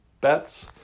Bets